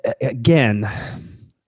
again